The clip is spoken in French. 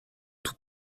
tout